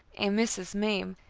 and mrs. meem,